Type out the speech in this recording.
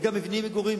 וגם מבני מגורים,